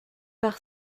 par